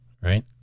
right